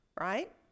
right